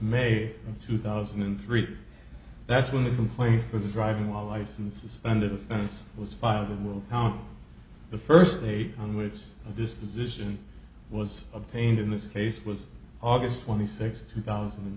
may two thousand and three that's when the complaint for the driving while license suspended offense was filed and will count the first day on which this position was obtained in this case was august twenty sixth two thousand and